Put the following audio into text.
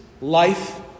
life